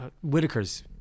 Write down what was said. Whitaker's